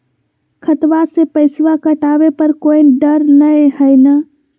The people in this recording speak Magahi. खतबा से पैसबा कटाबे पर कोइ डर नय हय ना?